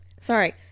Sorry